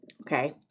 Okay